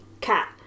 cat